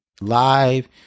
live